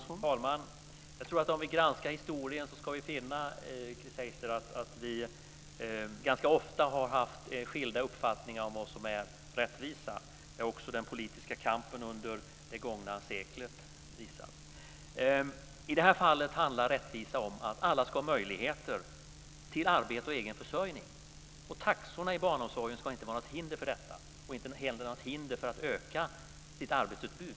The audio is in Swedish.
Herr talman! Jag tror att vi om vi granskar historien ska finna, Chris Heister, att vi ganska ofta har haft skilda uppfattningar om vad som är rättvisa. Det har också den politiska kampen under det gångna seklet visat. I detta fall handlar rättvisa om att alla ska ha möjligheter till arbete och egen försörjning. Taxorna i barnomsorgen ska inte vara något hinder för detta, och inte heller något hinder om man vill öka sin arbetstid.